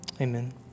Amen